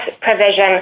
provision